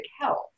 health